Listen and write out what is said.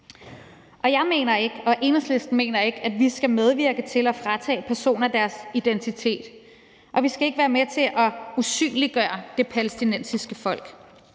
mener ikke, at vi skal medvirke til at fratage personer deres identitet, og vi skal ikke være med til at usynliggøre det palæstinensiske folk.